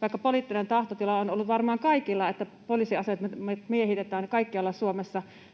vaikka poliittinen tahtotila on ollut varmaan kaikilla, että poliisiasemat miehitetään kaikkialla Suomessa,